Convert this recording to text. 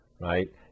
right